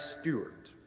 Stewart